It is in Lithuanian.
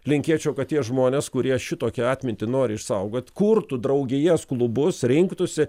linkėčiau kad tie žmonės kurie šitokią atmintį nori išsaugot kurtų draugijas klubus rinktųsi